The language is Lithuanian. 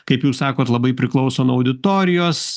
kaip jūs sakot labai priklauso nuo auditorijos